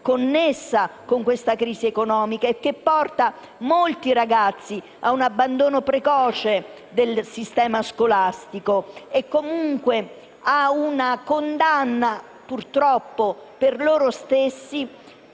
connessa alla crisi economica, che porta molti ragazzi a un abbandono precoce del sistema scolastico e comunque alla condanna, purtroppo per loro stessi,